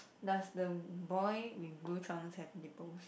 does the boy with blue trunks have nipples